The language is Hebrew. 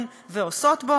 לא,